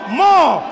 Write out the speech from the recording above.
more